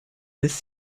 miss